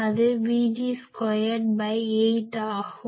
அது Vg28 ஆகும்